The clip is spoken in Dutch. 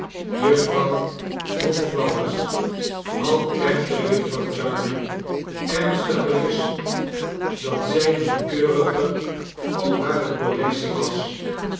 monflathers had echter jufvrouw jarley ernstig berispt dat zij niet keuriger op hare collectie was